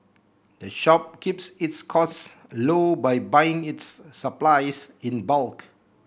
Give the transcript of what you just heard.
the shop keeps its costs low by buying its supplies in bulk